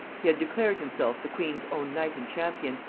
he had declared himself the queen's own knight and champion,